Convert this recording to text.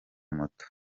moto